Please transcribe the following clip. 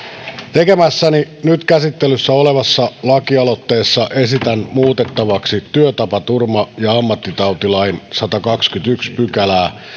tekemässäni nyt käsittelyssä olevassa lakialoitteessa esitän muutettavaksi työtapaturma ja ammattitautilain sadattakahdettakymmenettäensimmäistä pykälää